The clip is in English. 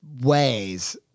ways